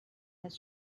has